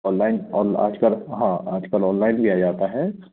online all आज कल हाँ आज कल ऑनलाइन भी आ जाता है